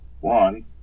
one